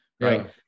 right